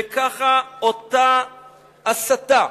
וככה אותה הסתה,